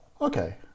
Okay